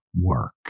work